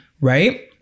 right